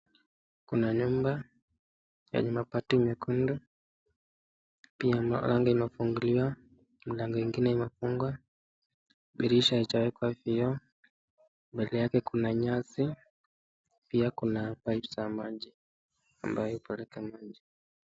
Kuna nyumba yenye mabati mekundu pia lango limefunguliwa na lingine imefungwa dirisha haijawekwa vioo mbele yake kuna nyasi pia kuna pipe za maji ambayo hupeleka maji.